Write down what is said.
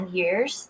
years